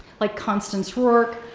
like constance rourke,